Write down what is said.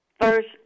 first